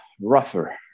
rougher